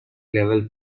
level